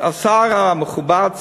השר המכובד,